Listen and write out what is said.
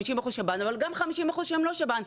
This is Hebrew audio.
50% שב"ן אבל גם 50% שהם לא שב"ן,